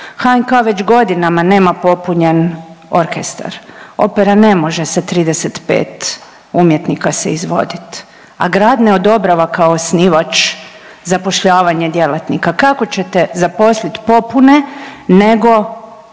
HNK već godinama nema popunjen orkestar, opera ne može sa 35 umjetnika se izvodit, a grad ne odobrava kao osnivač zapošljavanje djelatnika. Kako ćete zaposlit popune nego